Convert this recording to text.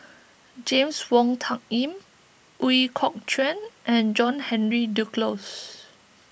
James Wong Tuck Yim Ooi Kok Chuen and John Henry Duclos